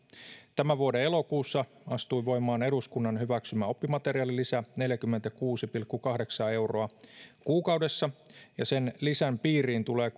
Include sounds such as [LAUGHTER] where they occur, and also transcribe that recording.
tämän vuoden elokuussa astuu voimaan eduskunnan hyväksymä oppimateriaalilisä neljäkymmentäkuusi pilkku kahdeksankymmentä euroa kuukaudessa ja sen lisän piiriin tulee [UNINTELLIGIBLE]